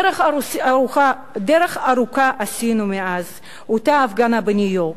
דרך ארוכה עשינו מאז אותה הפגנה בניו-יורק,